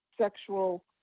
sexual